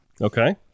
Okay